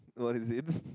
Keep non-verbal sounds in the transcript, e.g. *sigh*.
what is it *breath*